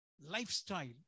lifestyle